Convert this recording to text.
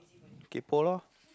keep polo